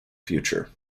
future